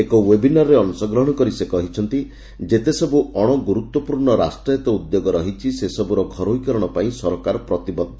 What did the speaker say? ଏକ ଓ୍ଦେବିନାର୍ରେ ଅଂଶଗ୍ରହଣ କରି ସେ କହିଛନ୍ତି ଯେତେସବୁ ଅଣଗୁରୁତ୍ୱପୂର୍ଣ୍ଣ ରାଷ୍ଟ୍ରାୟତ ଉଦ୍ୟୋଗ ରହିଛି ସେସବୁର ଘରୋଇ କରଣ ପାଇଁ ସରକାର ପ୍ରତିବଦ୍ଧ